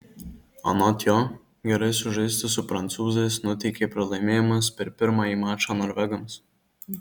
anot jo gerai sužaisti su prancūzais nuteikė pralaimėjimas per pirmąjį mačą norvegams